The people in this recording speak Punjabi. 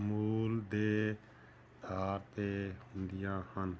ਮੂਲ ਦੇ ਅਧਾਰ 'ਤੇ ਹੁੰਦੀਆਂ ਹਨ